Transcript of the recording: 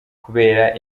kubera